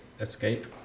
escape